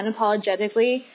unapologetically